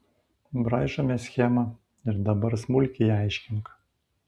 braižome schemą ir dabar smulkiai aiškink